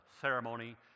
ceremony